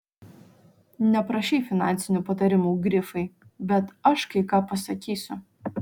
neprašei finansinių patarimų grifai bet aš kai ką pasakysiu